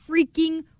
freaking